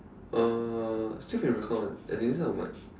uh still can record [one] as in this kind of mic